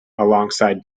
alongside